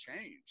change